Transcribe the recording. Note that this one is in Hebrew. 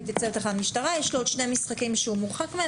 התייצב בתחנת משטרה ושיש לו עוד שני משחקים מהם הוא מורחק,